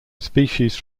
species